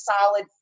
solid